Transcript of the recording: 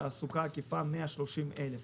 תעסוקה עקיפה 130 אלף.